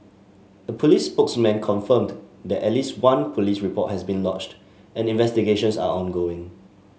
a police spokesman confirmed that at least one police report has been lodged and investigations are ongoing